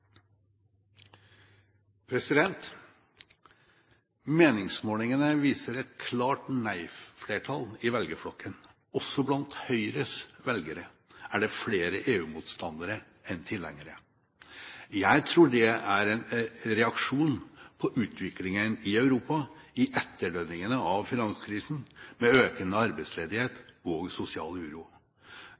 viser et klart nei-flertall i velgerflokken. Også blant Høyres velgere er det flere EU-motstandere enn tilhengere. Jeg tror det er en reaksjon på utviklingen i Europa i etterdønningene av finanskrisen, med økende arbeidsledighet og sosial uro.